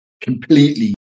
completely